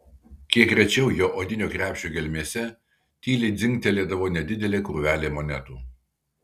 kiek rečiau jo odinio krepšio gelmėse tyliai dzingtelėdavo nedidelė krūvelė monetų